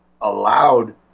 allowed